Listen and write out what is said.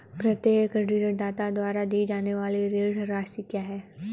प्रत्येक ऋणदाता द्वारा दी जाने वाली ऋण राशि क्या है?